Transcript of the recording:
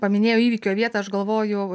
paminėjo įvykio vietą aš galvoju